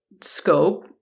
scope